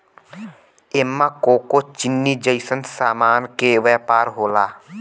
एमे कोको चीनी जइसन सामान के व्यापार होला